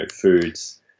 foods